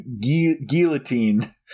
guillotine